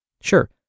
Sure